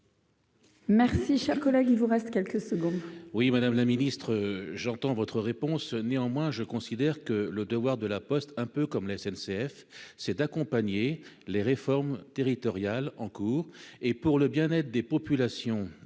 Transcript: Merci, cher collègue, il vous reste quelques secondes.